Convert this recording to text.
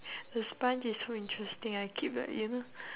the sponge is so interesting I keep like you know